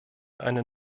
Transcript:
eine